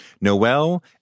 Noel